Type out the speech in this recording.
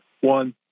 One